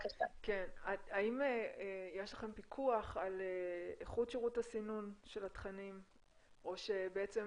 האם יש לכם פיקוח על איכות שירות הסינון של התכנים או שבעצם